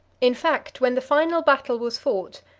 in fact, when the final battle was fought,